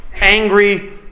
angry